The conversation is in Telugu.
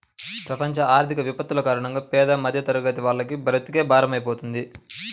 ప్రపంచ ఆర్థిక విపత్తుల కారణంగా పేద మధ్యతరగతి వాళ్లకు బ్రతుకే భారమైపోతుంది